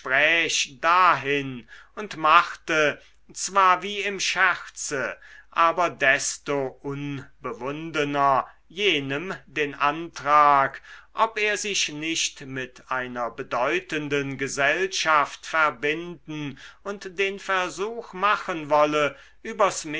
dahin und machte zwar wie im scherze aber desto unbewundener jenem den antrag ob er sich nicht mit einer bedeutenden gesellschaft verbinden und den versuch machen wolle